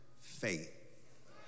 faith